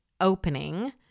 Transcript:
opening